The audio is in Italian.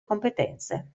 competenze